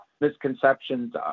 misconceptions